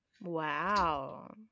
Wow